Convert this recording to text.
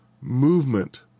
movement